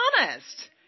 honest